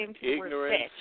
ignorance